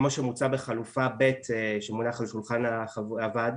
כמו שמוצע בחלופה ב' שמונחת על שולחן הוועדה,